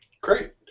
Great